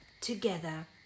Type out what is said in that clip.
together